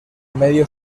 medio